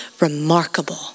remarkable